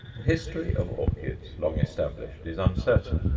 the history of orchids long established is uncertain,